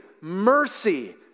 mercy